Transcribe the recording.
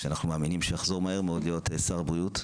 ואנחנו מאוד מאמינים שהוא יחזור להיות שר הבריאות,